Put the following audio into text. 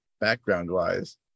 background-wise